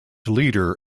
leader